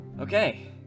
Okay